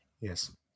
Yes